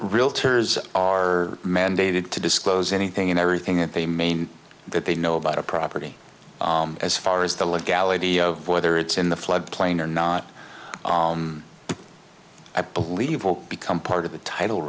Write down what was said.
realtors are mandated to disclose anything and everything that they main that they know about a property as far as the legality of whether it's in the floodplain or not i believe will become part of the title